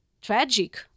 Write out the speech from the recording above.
tragic